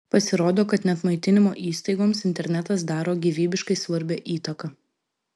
pasirodo kad net maitinimo įstaigoms internetas daro gyvybiškai svarbią įtaką